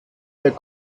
der